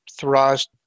thrust